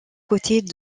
côtés